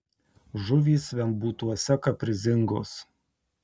žuvys vembūtuose kaprizingos